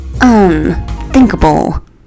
unthinkable